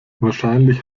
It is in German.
wahrscheinlich